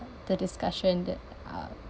the discussion that uh